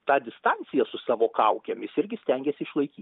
tą distanciją su savo kaukėmis irgi stengiasi išlaikyt